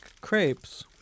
crepes